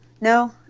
No